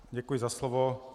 Děkuji za slovo.